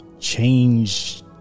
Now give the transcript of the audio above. change